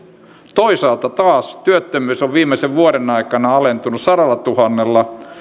toisaalta taas työttömyys on viimeisen vuoden aikana alentunut sadallatuhannella